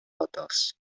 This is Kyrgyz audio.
атабыз